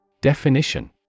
Definition